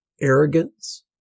Arrogance